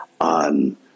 on